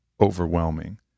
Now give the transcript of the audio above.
overwhelming